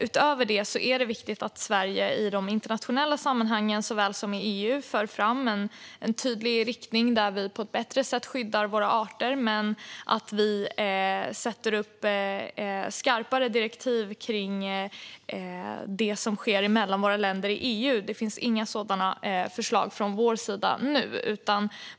Utöver det är det viktigt att Sverige i de internationella sammanhangen såväl som i EU för fram en tydlig riktning där vi på ett bättre sätt skyddar våra arter och att vi sätter upp skarpare direktiv för det som sker mellan våra länder i EU. Det finns dock inga sådana förslag från vår sida nu.